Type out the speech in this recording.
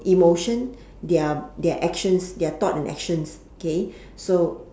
emotion their their actions their thought and actions okay so